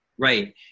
Right